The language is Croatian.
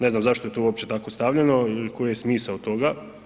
Ne znam zašto je to uopće tako stavljeno i koji je smisao toga.